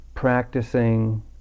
practicing